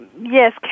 Yes